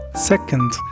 Second